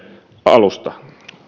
alusta